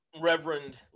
Reverend